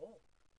ברור.